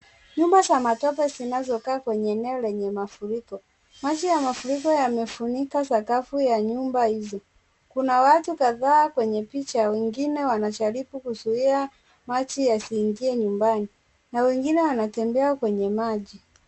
Nyumba za matope zinazokaa kwenye eneo lenye mafuriko, maji ya mafuriko yamefunika sakafu ya nyumba hizi, kuna watu kadha kwenye picha, wengine wanajaribu kuzuia maji yasiingie nyumbani na wengine wantembea kwenye maji.